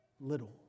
little